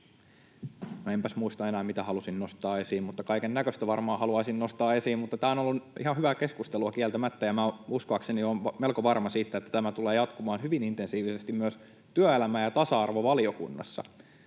Enpäs muista enää, mitä halusin nostaa esiin, mutta kaikennäköistä varmaan haluaisin nostaa esiin. Tämä on ollut ihan hyvää keskustelua kieltämättä, ja uskoakseni — olen melko varma siitä — tämä tulee jatkumaan hyvin intensiivisesti myös työelämä- ja tasa-arvovaliokunnassa.